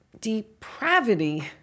depravity